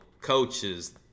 coaches